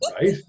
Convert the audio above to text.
Right